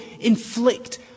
inflict